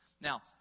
Now